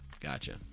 Gotcha